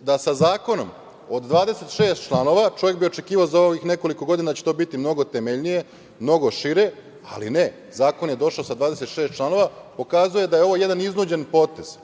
da sa zakonom od 26 članova, čovek bi očekivao za ovih nekoliko godina da će to biti mnogo temeljnije, mnogo šire, ali ne – zakon je došao sa 26 članova, se pokazuje je ovo jedan iznuđen potez.